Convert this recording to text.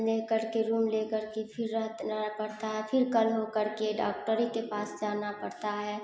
लेकर के रूम लेकर के फिर रहतना पड़ता है फिर कल हो करके डॉक्टर ही के पास जाना पड़ता है